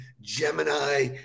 Gemini